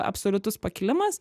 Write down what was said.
absoliutus pakilimas